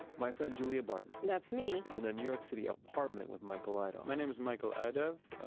my friend, julia barton that's me! is in a new york city apartment with michael idov my name is michael idov